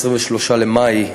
23 במאי,